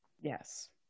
Yes